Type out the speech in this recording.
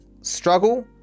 struggle